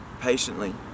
patiently